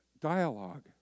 dialogue